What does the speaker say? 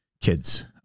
kids